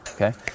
Okay